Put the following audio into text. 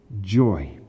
joy